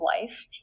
life